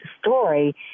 story